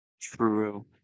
True